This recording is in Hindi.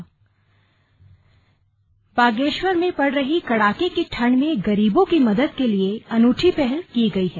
स्लग नेकी की दीवार बागेश्वर में पड़ी रही कड़ाके की ठंड में गरीबों की मदद के लिए अनूठी पहल की गई है